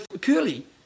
curly